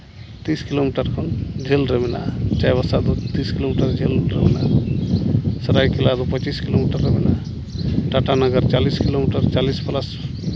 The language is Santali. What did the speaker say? ᱛᱤᱥ ᱠᱤᱞᱳᱢᱤᱴᱟᱨ ᱠᱷᱚᱱ ᱡᱷᱟᱹᱞ ᱨᱮ ᱢᱮᱱᱟᱜᱼᱟ ᱪᱟᱸᱭᱵᱟᱥᱟ ᱫᱚ ᱛᱤᱨᱤᱥ ᱠᱤᱞᱳᱢᱤᱴᱟᱨ ᱡᱷᱟᱹᱞ ᱨᱮ ᱢᱮᱱᱟᱜᱼᱟ ᱥᱚᱨᱟᱭᱠᱮᱞᱞᱟ ᱫᱚ ᱯᱚᱪᱤᱥ ᱠᱤᱞᱳᱢᱤᱴᱟᱨ ᱨᱮ ᱢᱮᱱᱟᱜᱼᱟ ᱴᱟᱴᱟᱱᱚᱜᱚᱨ ᱪᱟᱞᱤᱥ ᱠᱤᱞᱳᱢᱤᱴᱟᱨ ᱪᱟᱞᱤᱥ ᱯᱞᱟᱥ